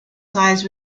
size